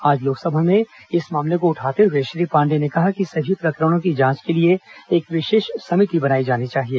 आज लोकसभा में इस मामले को उठाते हुए श्री पांडेय ने कहा कि इन सभी प्रकरणों की जांच के लिए एक विशेष समिति बनाई जानी चाहिए